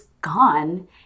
gone